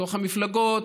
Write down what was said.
בתוך המפלגות,